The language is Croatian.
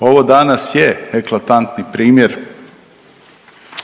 Ovo danas je eklatantni primjer,